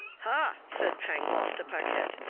ha! said pangloss to paquette,